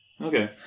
Okay